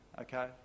okay